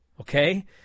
okay